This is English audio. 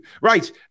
Right